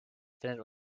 findet